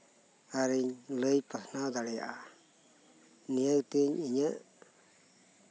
ᱟᱨᱤᱧ ᱞᱟᱹᱭ ᱯᱟᱥᱱᱟᱣ ᱫᱟᱲᱮᱭᱟᱼᱟ ᱱᱤᱭᱟᱹ ᱜᱮᱛᱤᱧ ᱤᱧᱟᱹᱜ